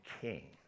king